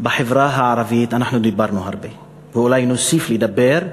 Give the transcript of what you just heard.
בחברה הערבית אנחנו דיברנו הרבה ואולי נוסיף לדבר,